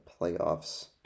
playoffs